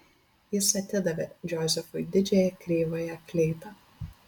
jis atidavė džozefui didžiąją kreivąją fleitą